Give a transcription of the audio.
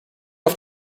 auf